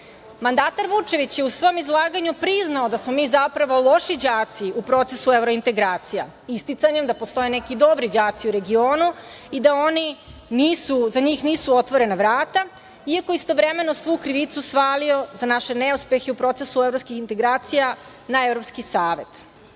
resurse. Mandatar Vučević je u svom izlaganju priznao da smo mi, zapravo, loši đaci u procesu evrointegracija isticanjem da postoje neki dobri đaci u regionu i da oni nisu, za njih nisu otvorena vrata, iako je istovremeno svu krivicu svalio, za naše neuspehe u procesu evropskih integracija, na Evropski savet. Ne